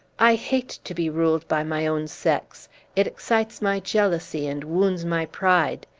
i hate to be ruled by my own sex it excites my jealousy, and wounds my pride.